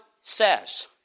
says